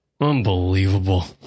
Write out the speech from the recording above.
Unbelievable